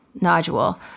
nodule